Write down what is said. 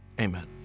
Amen